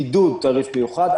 בידוד תעריף מיוחד.